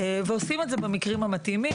ועושים את זה במקרים המתאימים.